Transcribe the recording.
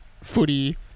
footy